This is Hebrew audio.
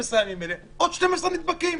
עוד 12 נדבקים.